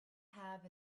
have